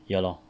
ya lor